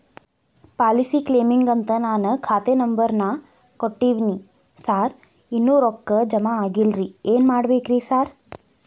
Policy ಕ್ಲೇಮಿಗಂತ ನಾನ್ ಖಾತೆ ನಂಬರ್ ನಾ ಕೊಟ್ಟಿವಿನಿ ಸಾರ್ ಇನ್ನೂ ರೊಕ್ಕ ಜಮಾ ಆಗಿಲ್ಲರಿ ಏನ್ ಮಾಡ್ಬೇಕ್ರಿ ಸಾರ್?